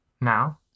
now